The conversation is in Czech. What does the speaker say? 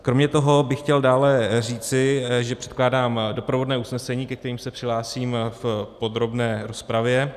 Kromě toho bych chtěl dále říci, že předkládám doprovodné usnesení, ke kterému se přihlásím v podrobné rozpravě.